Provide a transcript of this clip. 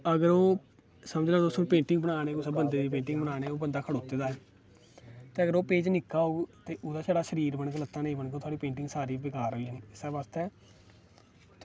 अगर ओह् पेंटिंग तुसें बनानी ते अगर ओह् बंदा खड़ौते दा ऐ ते अगर ओह् पेज निक्का होग तां ओह्दा सिर्फ शरीर बनग लत्तां नेईं बनग क्योंकि थुआढ़ी पेंटिंग सारी बेकार होई जानी इस्सै बास्तै